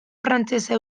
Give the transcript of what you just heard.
frantsesa